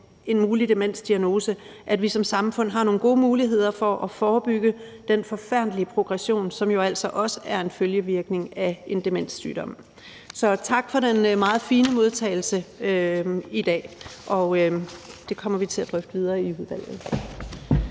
en mulig demensdiagnose, at vi som samfund har nogle gode muligheder for at forebygge den forfærdelige progression, som jo altså også er en følgevirkning af en demenssygdom. Så tak for den meget fine modtagelse i dag, og vi kommer til at drøfte det videre i udvalget.